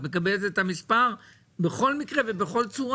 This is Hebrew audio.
את מקבלת את המספר בכל מקרה ובכל צורה,